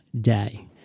day